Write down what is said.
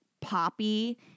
poppy